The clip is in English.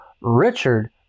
Richard